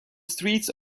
streets